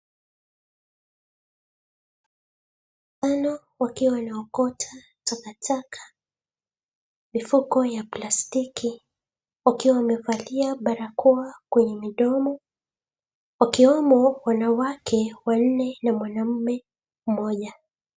Watu watano wakiwa wanaokota takataka, mifuko ya plastiki wakiwa wamevalia barakoa kwenye midomo wakiwemo wanawake wanne na mwanamme mmoja.